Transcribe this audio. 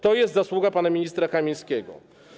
To jest zasługa pana ministra Kamińskiego.